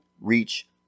reach